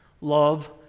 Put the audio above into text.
Love